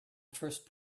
first